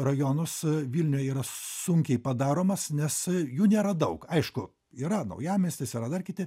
rajonus vilniuje yra sunkiai padaromas nes jų nėra daug aišku yra naujamiestis yra dar kiti